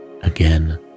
Again